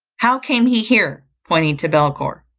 how came he here? pointing to belcour.